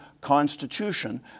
Constitution